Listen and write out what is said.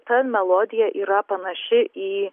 ta melodija yra panaši į